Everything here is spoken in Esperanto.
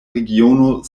regiono